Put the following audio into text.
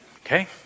Okay